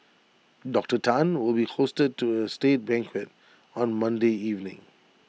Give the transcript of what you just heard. Doctor Tan will be hosted to A state banquet on Monday evening